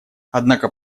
однако